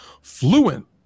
Fluent